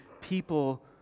people